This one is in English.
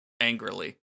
angrily